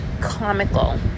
comical